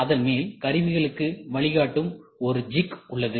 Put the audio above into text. அதன் மேல் கருவிகளுக்கு வழிகாட்டும் ஒரு ஜிக் உள்ளது